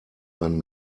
man